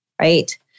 Right